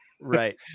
Right